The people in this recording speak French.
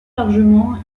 largement